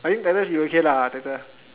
I mean title should be okay lah title